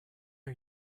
are